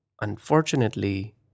unfortunately